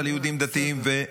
אבל יהודים דתיים -- כן,